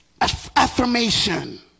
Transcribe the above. affirmation